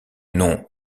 nom